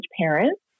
parents